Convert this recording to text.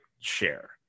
share